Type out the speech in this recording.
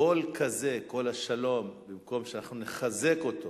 קול כזה, של "כל השלום", במקום שאנחנו נחזק אותו,